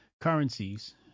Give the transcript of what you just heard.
currencies